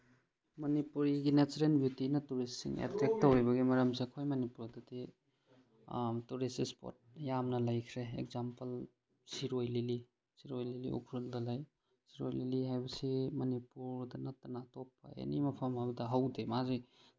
ꯃꯅꯤꯄꯨꯔꯒꯤ ꯅꯦꯆꯔꯦꯜ ꯕ꯭ꯌꯨꯇꯤꯅ ꯇꯨꯔꯤꯁꯁꯤꯡ ꯑꯦꯇ꯭ꯔꯦꯛ ꯇꯧꯔꯤꯕꯒꯤ ꯃꯔꯝꯁꯦ ꯑꯩꯈꯣꯏ ꯃꯅꯤꯄꯨꯔꯗꯗꯤ ꯇꯨꯔꯤꯁ ꯏꯁꯄꯣꯠ ꯌꯥꯝꯅ ꯂꯩꯈ꯭ꯔꯦ example Shirui lily Shirui lily ꯎꯈ꯭ꯔꯨꯜꯗ ꯂꯩ ꯁꯤꯔꯣꯏ ꯂꯤꯂꯤ ꯍꯥꯏꯕꯁꯤ ꯃꯅꯤꯄꯨꯔꯗ ꯅꯠꯇꯅ ꯑꯇꯣꯞꯄ ꯑꯦꯅꯤ ꯃꯐꯝ ꯑꯃꯗ ꯍꯧꯗꯦ ꯃꯥꯁꯦ